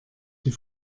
die